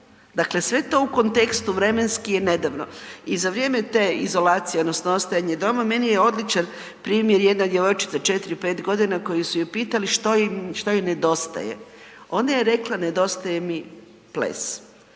dakle sve je to u kontekstu vremenski je nedavno. I za vrijeme te izolacije odnosno ostajanje doma, meni je odličan primjer jedna djevojčica 4, 5 godina koju su je pitali što joj nedostaje. Ona je rekla nedostaje mi ples,